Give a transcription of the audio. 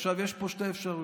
עכשיו, יש פה שתי אפשרויות: